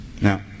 Now